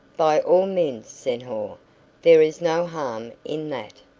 by all mins, senhor there is no harm in that.